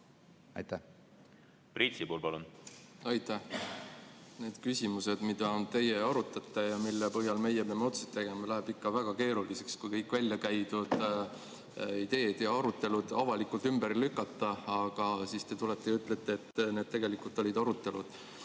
palun! Priit Sibul, palun! Aitäh! Need küsimused, mida teie arutate ja mille põhjal meie peame otsuseid tegema – läheb ikka väga keeruliseks, kui kõiki väljakäidud ideid ja arutelusid avalikult ümber ei lükata, aga siis te tulete ja ütlete, et need tegelikult olid arutelud,